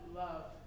love